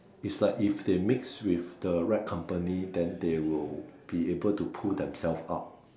it's like if they mix with the right company then they will be able to pull themselves up